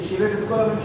שהוא שירת את כל הממשלה.